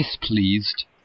displeased